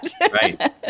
Right